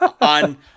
on